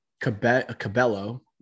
Cabello